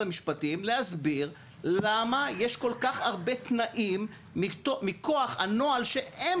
המשפטים כדי שיסבירו למה יש כל כך הרבה תנאים מכוח הנוהל שהם